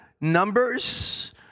numbers